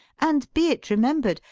and, be it remembered,